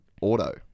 auto